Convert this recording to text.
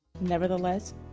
Nevertheless